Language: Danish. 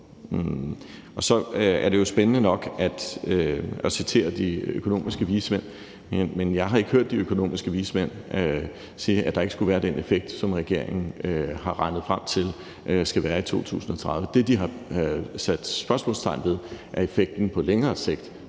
Så er det jo spændende nok at citere de økonomiske vismænd, men jeg har ikke hørt de økonomiske vismænd sige, at der ikke skulle være den effekt, som regeringen har regnet sig frem til der vil være i 2030. Det, de har sat spørgsmålstegn ved, er effekten på længere sigt.